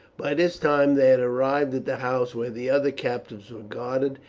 by this time they had arrived at the house where the other captives were guarded,